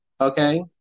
Okay